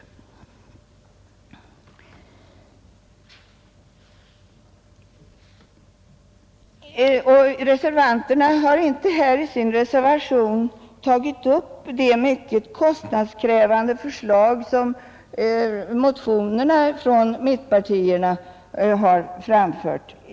Reservanterna har inte tagit upp det mycket kostnadskrävande förslag som motionärerna från mittpartierna har framfört.